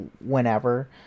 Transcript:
whenever